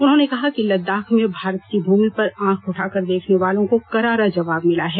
उन्होंने कहा कि लद्दाख में भारत की भूमि पर आंख उठाकर देखने वालों को करारा जवाब मिला है